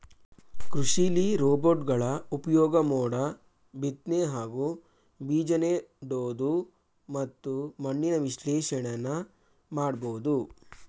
ಕೃಷಿಲಿ ರೋಬೋಟ್ಗಳ ಉಪ್ಯೋಗ ಮೋಡ ಬಿತ್ನೆ ಹಾಗೂ ಬೀಜನೆಡೋದು ಮತ್ತು ಮಣ್ಣಿನ ವಿಶ್ಲೇಷಣೆನ ಮಾಡ್ಬೋದು